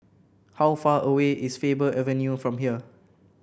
how far away is Faber Avenue from here